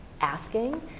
asking